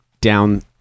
down